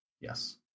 Yes